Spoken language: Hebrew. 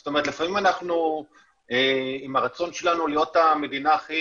זאת אומרת לפעמים אנחנו עם הרצון שלנו להיות המדינה הכי